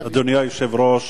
אדוני היושב-ראש,